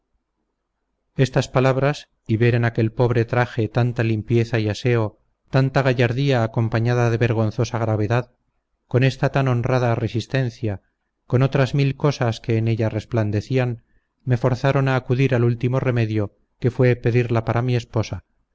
estas palabras y ver en aquel pobre traje tanta limpieza y aseo tanta gallardía acompañada de vergonzosa gravedad con esta tan honrada resistencia con otras mil cosas que en ella resplandecían me forzaron a acudir al último remedio que fue pedirla para mi esposa